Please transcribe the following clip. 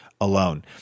alone